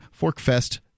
Forkfest